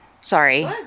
sorry